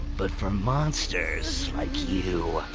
but for monsters like you.